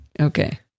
Okay